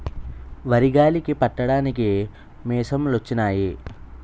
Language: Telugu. వరి గాలికి పట్టడానికి మిసంలొచ్చినయి